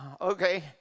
okay